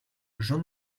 jean